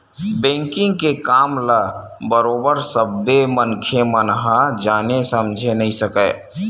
banking के काम ल बरोबर सब्बे मनखे मन ह जाने समझे नइ सकय